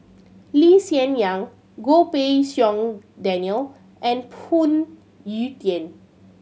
Lee Hsien Yang Goh Pei Siong Daniel and Phoon Yew Tien